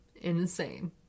Insane